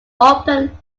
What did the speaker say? open